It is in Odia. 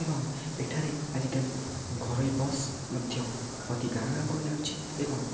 ଏବଂ ଏଠାରେ ଆଜିକାଲି ଘରୋଇ ବସ୍ ମଧ୍ୟ ପ୍ରତି ଗାଁ ଗାଁକୁ ଯାଉଛି ଏବଂ